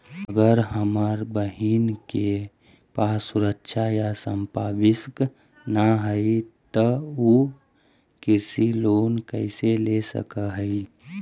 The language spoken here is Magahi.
अगर हमर बहिन के पास सुरक्षा या संपार्श्विक ना हई त उ कृषि लोन कईसे ले सक हई?